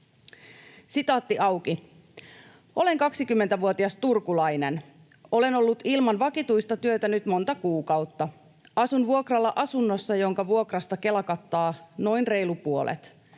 ”Olen 20-vuotias turkulainen. Olen ollut ilman vakituista työtä nyt monta kuukautta. Asun vuokralla asunnossa, jonka vuokrasta Kela kattaa noin reilu puolet.